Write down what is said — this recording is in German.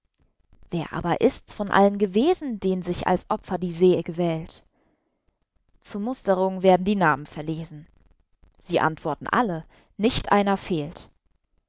wer aber ist's von allen gewesen den sich als opfer die see gewählt zur musterung werden die namen verlesen sie antworten alle nicht einer fehlt